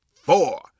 four